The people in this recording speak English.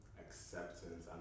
acceptance